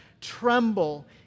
tremble